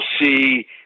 see